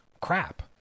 crap